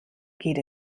geht